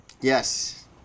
Yes